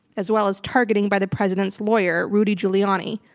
as well as targeting by the president's lawyer, rudy giuliani,